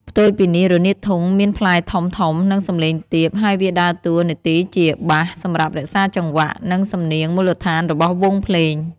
ផ្ទុយពីនេះ រនាតធុង មានផ្លែធំៗ និងសំឡេងទាប ហើយវាដើរតួនាទីជា បាស សម្រាប់រក្សាចង្វាក់ និងសំនៀងមូលដ្ឋានរបស់វង់ភ្លេង។